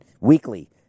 weekly